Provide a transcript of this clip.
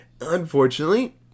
unfortunately